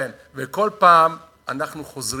גם להשתחוות